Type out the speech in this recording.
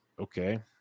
okay